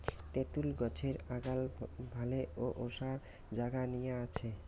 তেতুল গছের আগাল ভালে ওসার জাগা নিয়া আছে